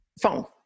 Phone